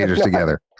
together